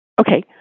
okay